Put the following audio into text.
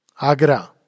Agra